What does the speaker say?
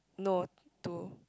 no to